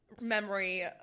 memory